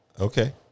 Okay